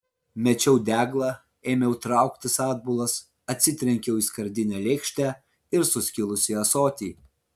mečiau deglą ėmiau trauktis atbulas atsitrenkiau į skardinę lėkštę ir suskilusį ąsotį